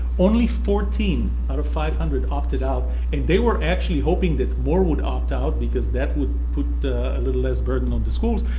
only fourteen out of five hundred opted out and they were actually hoping that more would opt-out because that would put a little less burden on the schools.